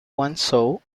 guangzhou